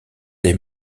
des